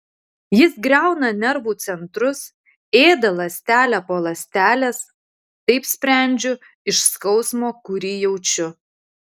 jis griauna nervų centrus ėda ląstelę po ląstelės taip sprendžiu iš skausmo kurį jaučiu